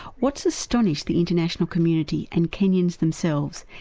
what's astonished the international community and kenyans themselves,